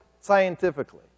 scientifically